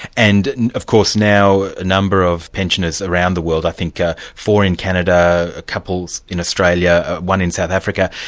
and of course now a number of pensioners around the world i think ah four in canada, ah couples in australia, one in south africa,